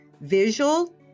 visual